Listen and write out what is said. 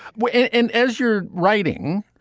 but and and as you're writing,